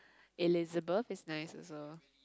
Elizabeth is nice also